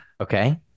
Okay